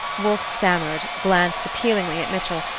wolfe stammered, glanced appealingly at mitchell,